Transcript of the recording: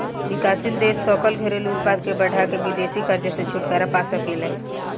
विकासशील देश सकल घरेलू उत्पाद के बढ़ा के विदेशी कर्जा से छुटकारा पा सके ले